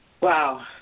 Wow